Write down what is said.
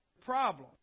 problem